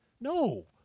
No